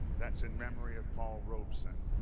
that's in memory of paul robe son.